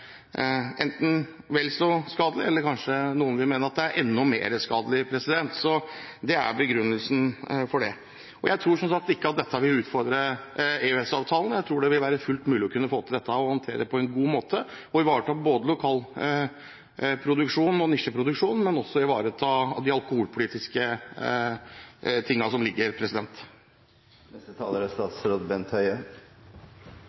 skadelig. Det er begrunnelsen for det. Jeg tror som sagt ikke at dette vil utfordre EØS-avtalen. Jeg tror det vil være fullt mulig å kunne få til dette, håndtere det på en god måte og ivareta lokal produksjon og nisjeproduksjon, men også de alkoholpolitiske hensynene. Jeg vil bare understreke at jeg mener det er